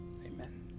Amen